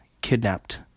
kidnapped